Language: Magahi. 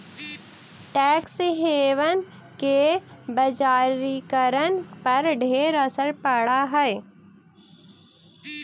टैक्स हेवन के बजारिकरण पर ढेर असर पड़ हई